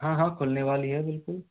हाँ हाँ खुलने वाली है बिल्कुल